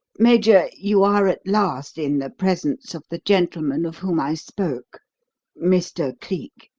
major, you are at last in the presence of the gentleman of whom i spoke mr. cleek.